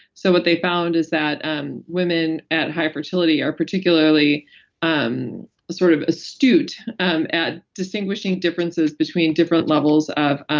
so what they found is that um women at high fertility are particularly um sort of astute um at distinguishing differences between different levels of